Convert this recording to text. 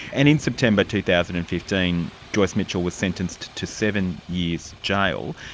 and in september two thousand and fifteen joyce mitchell was sentenced to seven years jail.